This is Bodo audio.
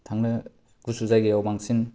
थांनो गुसु जायगायाव बांसिन